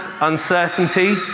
uncertainty